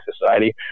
society